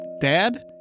Dad